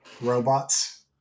robots